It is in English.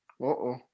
Uh-oh